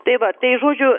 tai va tai žodžiu